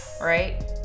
Right